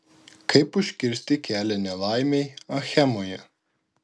kaip užkirsti kelią nelaimei achemoje